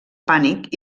pànic